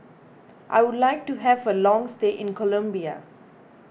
I would like to have a long stay in Colombia